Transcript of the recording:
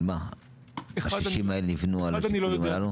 אני לא יודע,